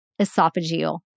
esophageal